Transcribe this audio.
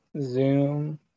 Zoom